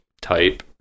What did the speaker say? type